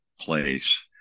place